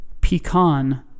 Pecan